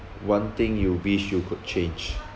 one thing you wish you could change